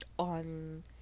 on